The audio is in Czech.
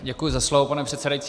Děkuji za slovo, pane předsedající.